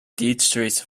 dietrich